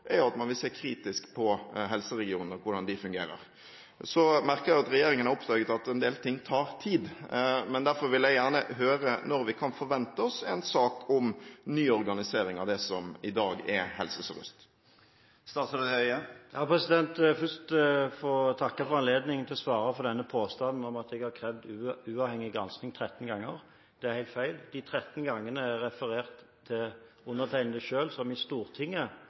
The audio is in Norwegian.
at man vil se kritisk på helseregionene og hvordan de fungerer. Jeg merker at regjeringen har oppdaget at en del ting tar tid, og derfor vil jeg gjerne høre når vi kan forvente oss en sak om ny organisering av det som i dag er Helse Sør-Øst. Først må jeg få takke for anledningen til å svare på denne påstanden om at jeg har krevd uavhengig gransking 13 ganger. Det er helt feil. De 13 gangene refererte til at undertegnede selv i Stortinget